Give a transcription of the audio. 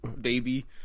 baby